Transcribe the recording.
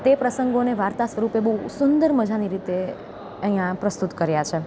તે પ્રસંગોને વાર્તા સ્વરૂપે બહુ સુંદર મજાની રીતે અહીંયા પ્રસ્તુત કર્યા છે